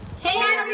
hey,